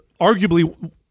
arguably